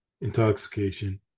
intoxication